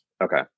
Okay